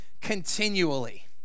continually